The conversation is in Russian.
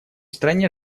стране